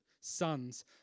sons